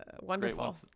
wonderful